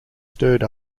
stirred